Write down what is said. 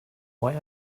why